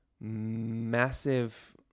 massive